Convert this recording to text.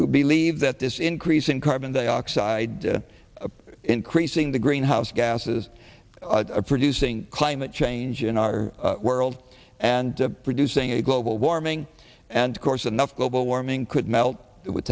believe that this increase in carbon dioxide increasing the greenhouse gases producing climate change in our world and producing a global warming and course enough global warming could melt it would